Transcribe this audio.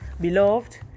Beloved